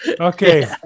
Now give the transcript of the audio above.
Okay